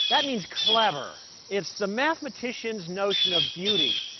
that means clever. it's the mathematician's notion of beauty.